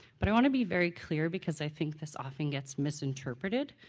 but i want to be very clear because i think this often gets misinterpreted,